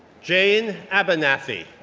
jane abernathy,